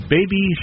Baby